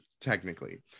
technically